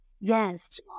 yes